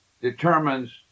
determines